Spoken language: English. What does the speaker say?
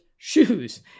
shoes